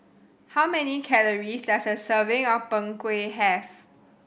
how many calories does a serving of Png Kueh have